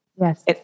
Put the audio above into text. yes